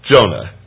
Jonah